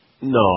No